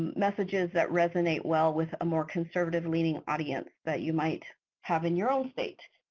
messages that resonate well with a more conservative leaning audience that you might have in your own state.